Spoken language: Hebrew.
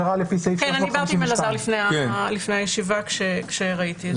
אני דיברתי עם אלעזר לפני הישיבה, כשראיתי את זה.